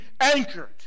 anchored